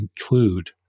include